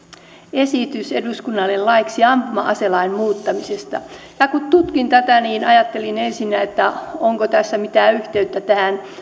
esitys eduskunnalle laiksi ampuma aselain muuttamisesta kun tutkin tätä niin ajattelin ensinnä että onko tässä mitään yhteyttä tähän